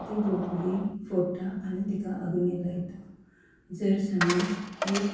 ती बुडकुली फोडटा आनी तिका अग्नी लायता जर समज एक